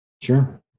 Sure